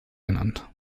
genannt